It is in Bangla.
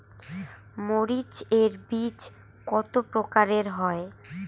মরিচ এর বীজ কতো প্রকারের হয়?